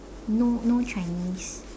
no no Chinese